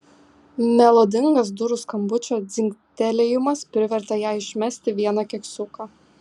melodingas durų skambučio dzingtelėjimas privertė ją išmesti vieną keksiuką